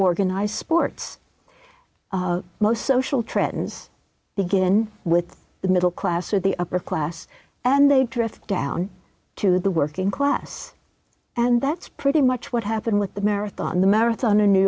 organized sports most social trends begin with the middle class or the upper class and they drift down to the working class and that's pretty much what happened with the marathon the marathon a new